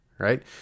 Right